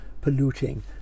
polluting